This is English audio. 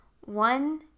one